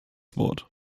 wort